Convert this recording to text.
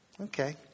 Okay